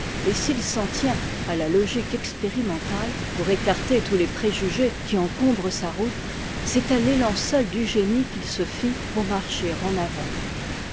et s'il s'en tient à la logique expérimentale pour écarter tous les préjugés qui encombrent sa route c'est à t'étan seul du génie qu'il se ne pour marcher en avant